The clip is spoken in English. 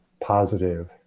positive